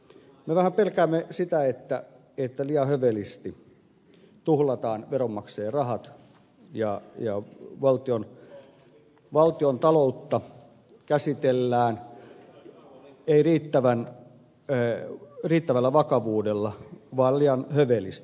me vähän pelkäämme sitä että liian hövelisti tuhlataan veronmaksajien rahat ja valtion taloutta ei käsitellä riittävällä vakavuudella vaan liian hövelisti